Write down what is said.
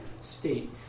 state